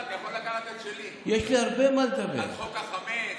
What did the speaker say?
אתה יכול לקחת את שלי על חוק החמץ.